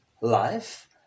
life